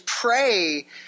pray